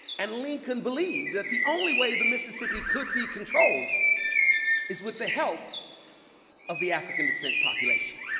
and lincoln believed that the only way the mississippi could be controlled is with the help of the african descent population.